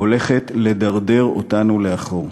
הולכת לדרדר אותנו לאחור.